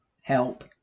help